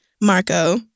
Marco